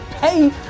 Pay